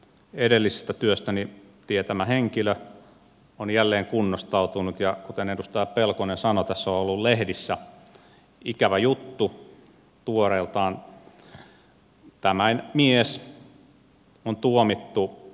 edellisestä työstäni tietämäni henkilö on jälleen kunnostautunut ja kuten edustaja pelkonen sanoi tässä on ollut lehdissä ikävä juttu tuoreeltaan